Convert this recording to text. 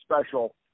special